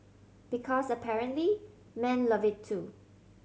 because apparently men love it too